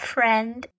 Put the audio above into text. Friend